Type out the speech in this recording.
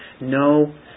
No